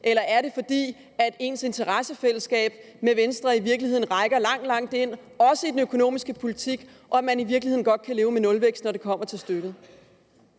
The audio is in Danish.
eller er det, fordi Dansk Folkepartis interessefællesskab med Venstre i virkeligheden rækker langt ind i også den økonomiske politik, og at man i virkeligheden godt kan leve med nulvækst, når det kommer til stykket?